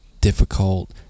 difficult